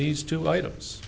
these two items